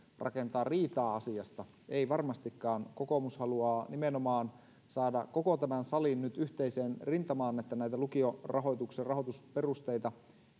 rakentaa riitaa asiasta ei varmastikaan kokoomus haluaa nimenomaan saada koko tämän salin nyt yhteiseen rintamaan että näitä lukiorahoituksen perusteita